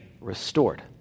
restored